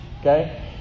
okay